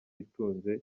itunze